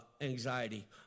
anxiety